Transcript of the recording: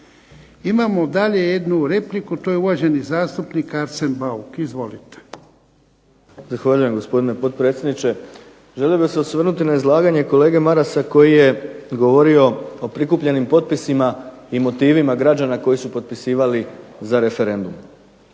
Imamo dalje jednu repliku. To je uvaženi zastupnik Arsen Bauk. Izvolite. **Bauk, Arsen (SDP)** Zahvaljujem gospodine potpredsjedniče. Želio bih se osvrnuti na izlaganje kolege Marasa koji je govorio o prikupljenim potpisima i motivima građana koji su potpisivali za referendum.